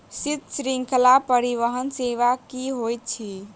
शीत श्रृंखला परिवहन सेवा की होइत अछि?